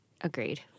Agreed